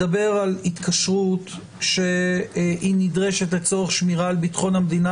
מדבר על התקשרות שהיא נדרשת לצורך שמירה על ביטחון המדינה,